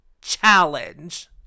challenge